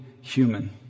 human